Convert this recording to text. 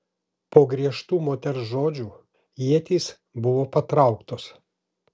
po griežtų moters žodžių ietys buvo patrauktos